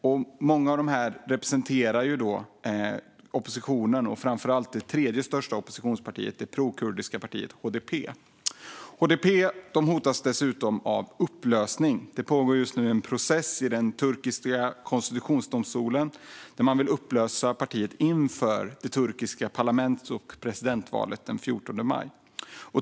Och många av dem representerar oppositionen och framför allt det tredje största oppositionspartiet, det prokurdiska partiet HDP. HDP hotas dessutom av upplösning. Det pågår just nu en process i den turkiska konstitutionsdomstolen där man vill upplösa partiet inför det turkiska parlaments och presidentvalet den 14 maj.